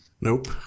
nope